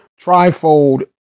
trifold